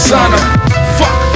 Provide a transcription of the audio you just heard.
Fuck